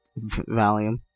Valium